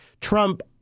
Trump